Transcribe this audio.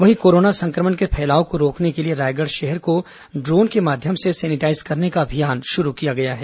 वहीं कोरोना संक्रमण के फैलाव को रोकने के लिए रायगढ़ शहर को ड्रोन के माध्यम से सैनिटाईज करने का अभियान शुरू किया गया है